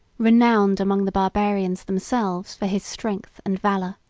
renowned among the barbarians themselves for his strength and valor,